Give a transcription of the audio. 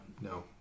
No